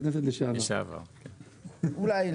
אני רק אוסיף את עו"ד